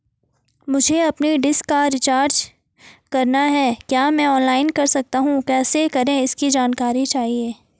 मुझे अपनी डिश का रिचार्ज करना है क्या मैं ऑनलाइन कर सकता हूँ कैसे करें इसकी जानकारी चाहिए?